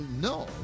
No